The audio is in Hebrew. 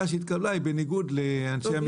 שהתקבלה היא בניגוד לדעה של אנשי המקצוע.